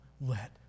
let